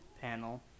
panel